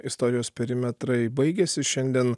istorijos perimetrai baigiasi šiandien